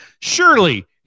Surely